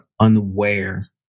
unaware